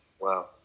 Wow